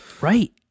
right